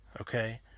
okay